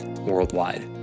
worldwide